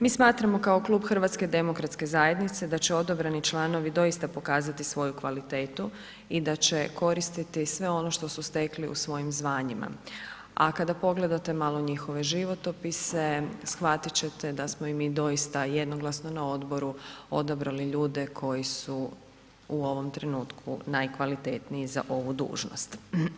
Mi smatramo kao Klub HDZ-a da će odabrani članovi doista pokazati svoju kvalitetu i da će koristiti sve ono što su stekli u svojim zvanjima a kada pogledate malo njihove životopise shvatiti ćete da smo i mi doista jednoglasno na odboru odabrali ljude koji su u ovom trenutku najkvalitetniji za ovu dužnost.